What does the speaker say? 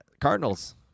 Cardinals